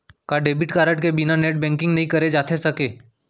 का debit card के बिना नेट बैंकिंग नई करे जाथे सके?